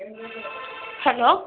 hello